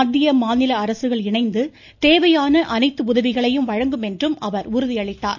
மத்திய மாநில அரசுகள் இணைந்து தேவையான அனைத்து உதவிகளையும் வழங்கும் என்றும் அவர் உறுதியளித்தார்